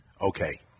Okay